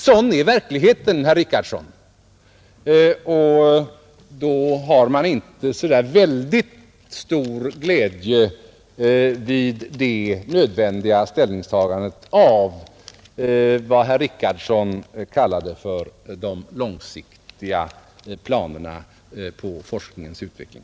Sådan är verkligheten, herr Richardson, Vid ett sådant nödvändigt ställningstagande har man inte så där väldigt stor glädje av vad herr Richardson kallade för de långsiktiga planerna för forskningens utveckling.